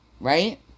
right